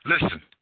Listen